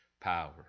power